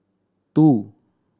two